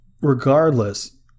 Regardless